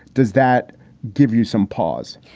does that give you some pause?